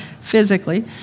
physically